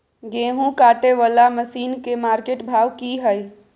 गेहूं काटय वाला मसीन के मार्केट भाव की हय?